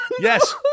yes